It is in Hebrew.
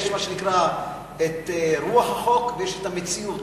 יש מה שנקרא רוח החוק ויש המציאות,